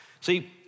See